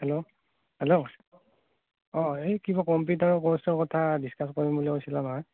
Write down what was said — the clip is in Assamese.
হেল্ল' হেল্ল' অঁ এই কিবা কম্পিউটাৰৰ কৰ্চৰ কথা ডিচকাচ কৰিম বুলি কৈছিলা নহয়